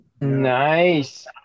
Nice